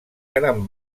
gran